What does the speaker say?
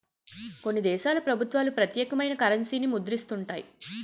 కొన్ని దేశాల ప్రభుత్వాలు ప్రత్యేకమైన కరెన్సీని ముద్రిస్తుంటాయి